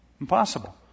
Impossible